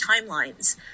timelines